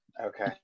Okay